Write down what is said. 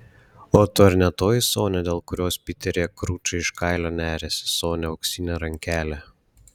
o tu ar ne toji sonia dėl kurios piteryje kručai iš kailio neriasi sonia auksinė rankelė